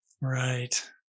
right